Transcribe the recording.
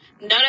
None